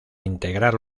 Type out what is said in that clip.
integrar